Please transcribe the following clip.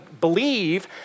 believe